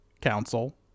council